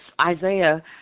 Isaiah